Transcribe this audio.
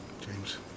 James